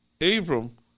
Abram